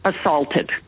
assaulted